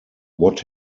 what